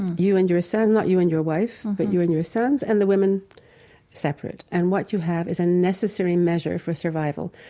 you and your sons, not you and your wife, but you and your sons, and the women separate. and what you have is a necessary measure for survival,